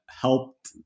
helped